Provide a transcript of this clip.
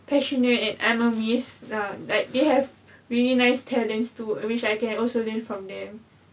passionate and I'm amazed lah like they have really nice talents to um which I can also learn from them